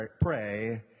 pray